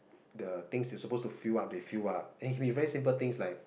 the things you suppose to fill up they fill up and can be very simple things like